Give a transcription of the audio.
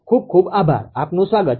ખૂબ ખૂબ આભાર આપનું સ્વાગત છે